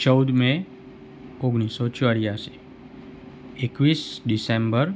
ચૌદ મે ઓગણીસો ચોર્યાશી એકવીસ ડિસેમ્બર